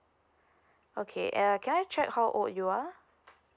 okay err can I check how old you are